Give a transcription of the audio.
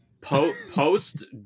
post